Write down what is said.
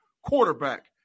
quarterback